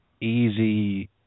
easy